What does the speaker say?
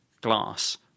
glass